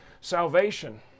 salvation